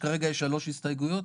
כרגע יש שלוש הסתייגויות?